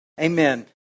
Amen